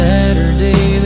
Saturday